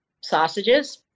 sausages